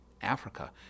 Africa